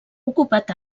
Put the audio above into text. ocupat